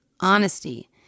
honesty